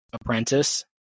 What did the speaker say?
apprentice